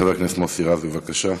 חבר הכנסת מוסי רז, בבקשה.